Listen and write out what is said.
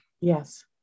Yes